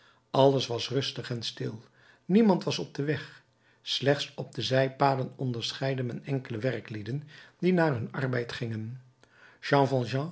alles was rustig en stil niemand was op den weg slechts op de zijpaden onderscheidde men enkele werklieden die naar hun arbeid gingen jean